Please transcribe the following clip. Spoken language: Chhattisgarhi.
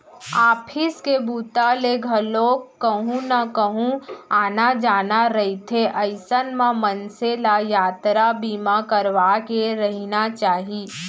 ऑफिस के बूता ले घलोक कहूँ न कहूँ आना जाना रहिथे अइसन म मनसे ल यातरा बीमा करवाके रहिना चाही